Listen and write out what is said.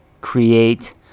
Create